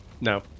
no